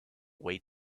way